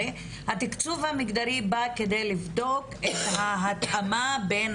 הרי התקציב המגדרי בא כדי לבדוק את ההתאמה בין